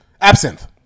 Absinthe